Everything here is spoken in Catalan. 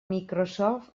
microsoft